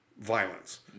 violence